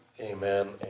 amen